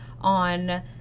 on